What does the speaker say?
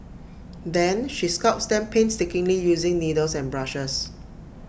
then she sculpts them painstakingly using needles and brushes